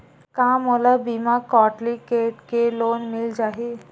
का मोला बिना कौंटलीकेट के लोन मिल जाही?